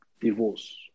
divorce